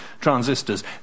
transistors